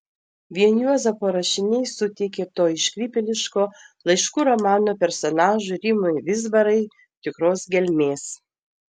vien juozapo rašiniai suteikė to iškrypėliško laiškų romano personažui rimui vizbarai tikros gelmės